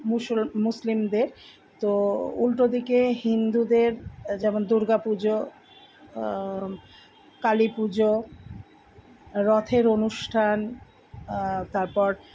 মুসল মুসলিমদের তো উল্টোদিকে হিন্দুদের যেমন দুর্গা পুজো কালী পুজো রথের অনুষ্ঠান তারপর